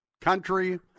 country